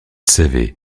savez